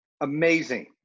Amazing